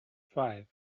five